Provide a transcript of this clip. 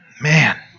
man